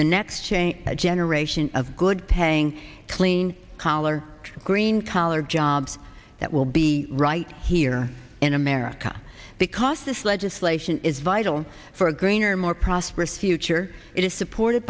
next a generation of good paying clean collar green collar jobs that will be right here in america because this legislation is vital for a greener more prosperous future it is supported